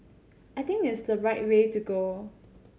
I think it's the right way to go